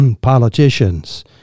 politicians